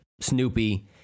Snoopy